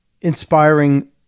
inspiring